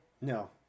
No